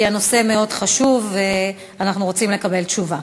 כי הנושא מאוד חשוב ואנחנו רוצים לקבל תשובה.